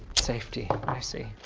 safety, i see.